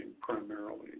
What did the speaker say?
primarily